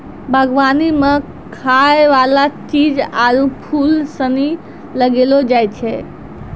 बागवानी मे खाय वाला चीज आरु फूल सनी लगैलो जाय छै